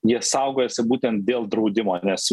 jie saugosi būtent dėl draudimo nes